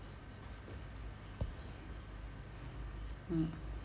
mm